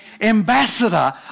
ambassador